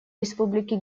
республики